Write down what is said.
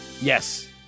Yes